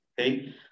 Okay